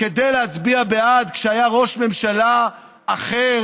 כדי להצביע בעד כשהיה ראש ממשלה אחר